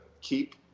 keep